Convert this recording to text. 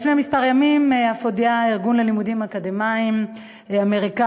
לפני כמה ימים הודיע הארגון ללימודים אקדמיים האמריקני,